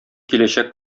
киләчәк